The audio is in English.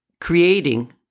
creating